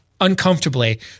uncomfortably